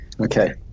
Okay